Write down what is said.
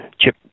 chip